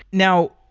now,